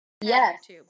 Yes